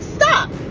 Stop